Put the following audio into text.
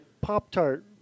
Pop-Tart